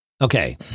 okay